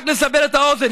רק לסבר את האוזן,